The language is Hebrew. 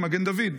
מגן דוד.